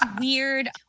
weird